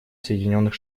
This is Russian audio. соединенных